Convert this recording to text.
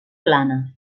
plana